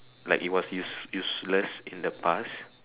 like it was use useless in the past